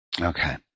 Okay